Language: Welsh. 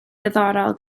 ddiddorol